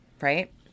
right